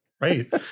Right